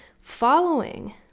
Following